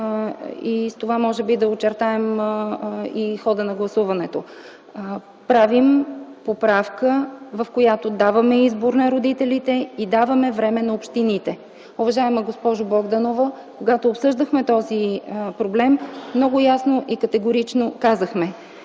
и с това може би да очертаем и хода на гласуването – правим поправка, в която даваме избор на родителите и даваме време на общините. Уважаема госпожо Богданова, когато обсъждахме този проблем много ясно и категорично казахме,